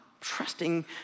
trusting